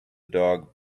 dog